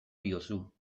diozu